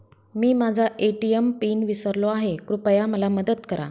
मी माझा ATM PIN विसरलो आहे, कृपया मला मदत करा